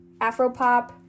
Afropop